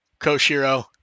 Koshiro